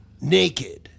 naked